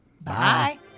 Bye